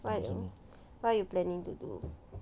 what you what you planning to do